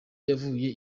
yavuye